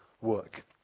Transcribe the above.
work